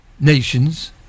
nations